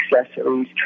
accessories